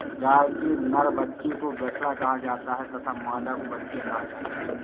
गाय के नर बच्चे को बछड़ा कहा जाता है तथा मादा को बछिया कहा जाता है